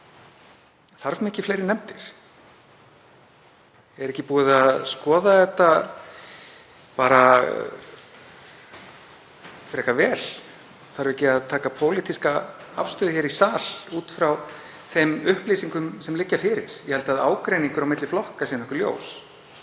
Þarf mikið fleiri nefndir? Er ekki búið að skoða þetta frekar vel? Þarf ekki að taka pólitíska afstöðu hér í sal út frá þeim upplýsingum sem liggja fyrir? Ég held að ágreiningur á milli flokka sé nokkuð ljós.